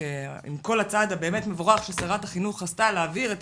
כל הצעד, הבאמת מבורך, ששרת החינוך עשתה להעביר את